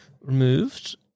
removed